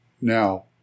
Now